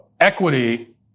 Equity